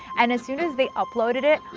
and as soon as they uploaded it,